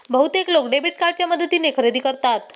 बहुतेक लोक डेबिट कार्डच्या मदतीने खरेदी करतात